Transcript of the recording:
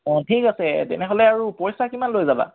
অঁ ঠিক আছে তেনেহ'লে আৰু পইচা কিমান লৈ যাবা